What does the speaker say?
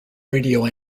radio